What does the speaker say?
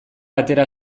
atera